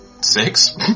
Six